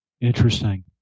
Interesting